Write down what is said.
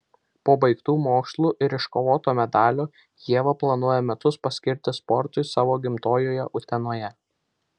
po baigtų mokslų ir iškovoto medalio ieva planuoja metus paskirti sportui savo gimtojoje utenoje